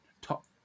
top